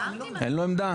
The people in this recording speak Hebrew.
אין לו עמדה?